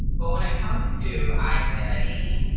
but when it comes to identity,